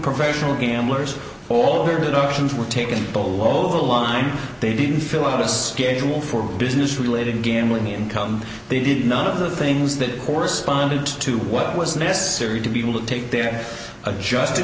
professional gamblers all their good options were taken bowl all over the line they didn't fill out a schedule for business related gambling income they did none of the things that corresponded to what was necessary to be able to take their adjusted